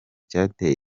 cyateye